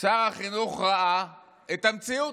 שר החינוך ראה את המציאות.